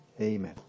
Amen